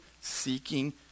seeking